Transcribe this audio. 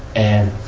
and,